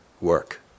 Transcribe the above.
work